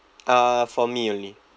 uh for me only